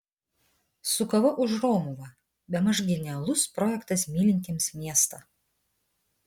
su kava už romuvą bemaž genialus projektas mylintiems miestą